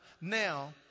now